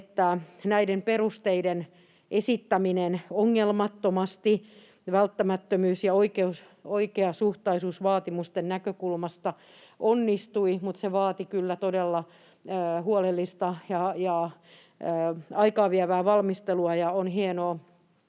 että näiden perusteiden esittäminen ongelmattomasti välttämättömyys‑ ja oikeasuhtaisuusvaatimusten näkökulmasta onnistui, mutta se vaati kyllä todella huolellista ja aikaa vievää valmistelua, ja on hienoa,